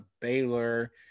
Baylor